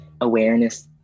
awareness